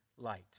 Light